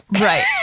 Right